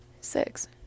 Six